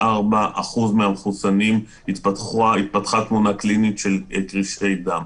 מצאו שב-0.004% מהמחוסנים התפתחה תלונה קלינית של קרישי דם.